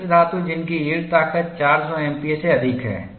मिश्र धातु जिनकी यील्ड ताकत 400 एमपीए से अधिक है